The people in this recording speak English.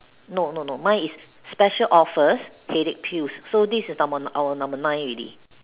no no no mine is special offer headache pills so this is the our number nine already